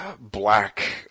black